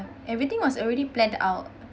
everything was already planned out